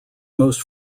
most